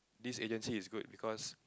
this agency is good because